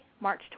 March